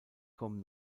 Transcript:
kommen